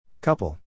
Couple